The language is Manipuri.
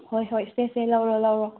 ꯍꯣꯏ ꯍꯣꯏ ꯁꯦ ꯁꯦ ꯂꯧꯔꯣ ꯂꯧꯔꯣ